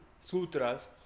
sutras